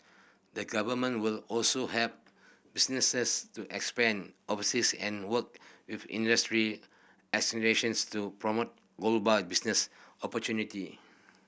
the Government will also help businesses to expand overseas and work with industry associations to promote global business opportunity